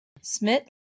Smith